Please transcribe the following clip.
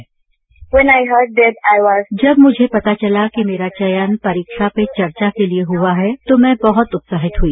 bite Srishmita जब मुझे पता चला कि मेरा चयन परीक्षा पे चर्चा के लिए हुआ है तो मैं बहुत उत्साहित हुई